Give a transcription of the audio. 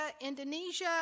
Indonesia